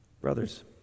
Brothers